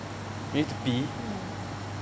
mm